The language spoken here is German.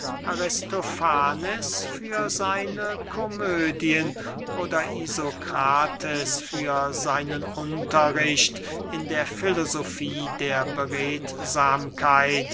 aristofanes für seine komödien oder isokrates für seinen unterricht in der filosofie der